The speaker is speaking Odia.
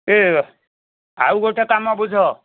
ଏ ଆଉ ଗୋଟେ କାମ ବୁଝ